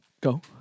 go